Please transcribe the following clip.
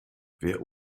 wer